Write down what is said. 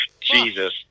Jesus